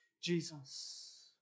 Jesus